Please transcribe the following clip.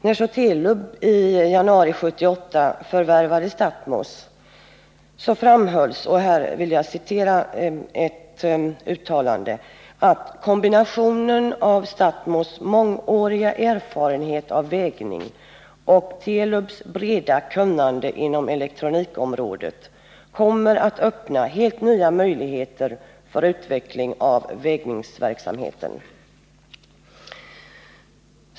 När så Telubi januari 1978 förvärvade Stathmos framhölls att ”kombinationen av Stathmos mångåriga erfarenhet av vägning och Telubs breda kunnande inom elektronikområdet kommer att öppna helt nya möjligheter för utveckling av vägningsverksamheten”.